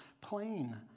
plain